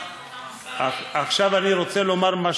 עכשיו אני רוצה לומר,